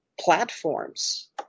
platforms